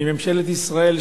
מממשלת ישראל,